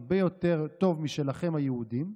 הרבה יותר טוב משלכם היהודים,